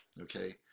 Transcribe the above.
Okay